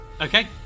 Okay